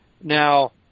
now